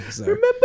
Remember